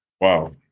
Wow